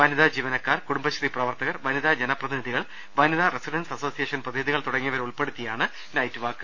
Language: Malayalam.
വനിതാ ജീവന ക്കാർ കുടുംബശ്രീ പ്രവർത്തകർ വനിതാ ജനപ്രതിനിധികൾ വനിതാ റസിഡന്റ് സ് അസോസിയേഷൻ പ്രതിനിധികൾ തുടങ്ങിയവരെ ഉൾപ്പെ ടുത്തിയാണ് നൈറ്റ് വാക്ക്